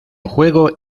juego